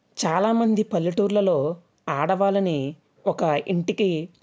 చాలామంది పల్లెటూర్లలో ఆడవాళ్ళని ఒక ఇంటికి